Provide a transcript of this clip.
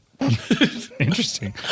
Interesting